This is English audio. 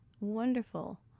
wonderful